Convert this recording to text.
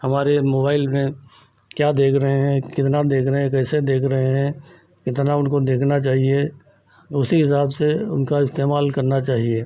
हमारे मोबाइल में क्या देख रहे हैं कितना देख रहे हैं कैसे देख रहे हैं कितना उनको देखना चाहिए उसी हिसाब से उनका इस्तेमाल करना चाहिए